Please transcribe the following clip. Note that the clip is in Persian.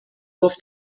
گفت